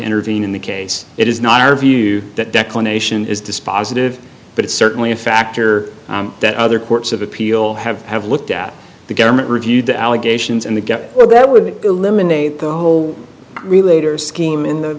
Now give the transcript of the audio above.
intervene in the case it is not our view that declaration is dispositive but it's certainly a factor that other courts of appeal have have looked at the government reviewed the allegations and the get go that would eliminate the whole relator scheme in the